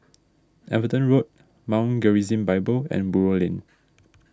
Everton Road Mount Gerizim Bible and Buroh Lane